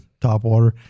topwater